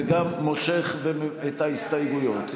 וגם מושך את ההסתייגויות.